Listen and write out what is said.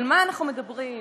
על מה אנחנו מדברים?